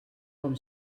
com